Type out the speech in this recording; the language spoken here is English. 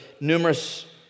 numerous